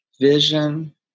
vision